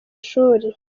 shuri